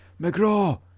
McGraw